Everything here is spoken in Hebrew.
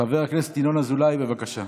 חבר הכנסת ינון אזולאי, בבקשה.